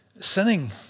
Sinning